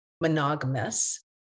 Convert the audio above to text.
monogamous